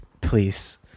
please